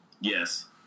Yes